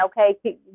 okay